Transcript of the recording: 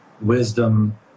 wisdom